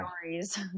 stories